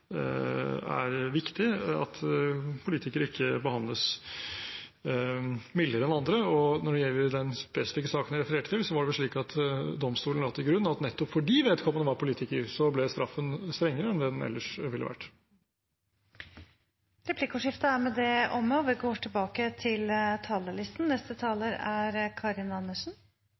er viktig, at politikere ikke behandles mildere enn andre. Når det gjelder den spesifikke saken jeg refererte til, var det vel slik at domstolen la til grunn at nettopp fordi vedkommende var politiker, ble straffen strengere enn den ellers ville ha vært. Replikkordskiftet er omme. Jeg har bare behov for å følge opp dette litt. Ja, det er